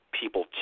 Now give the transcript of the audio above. people